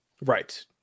Right